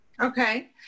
Okay